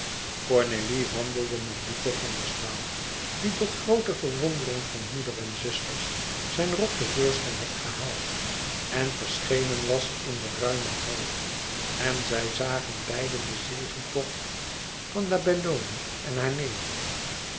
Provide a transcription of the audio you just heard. cornélie wandelde met duco van der staal die tot groote verwondering van moeder en zusters zijn rok te voorschijn had gehaald en verschenen was in den ruimen hall en zij zagen beiden den zegetocht van la belloni en haar neef